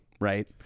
right